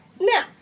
Now